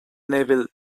naval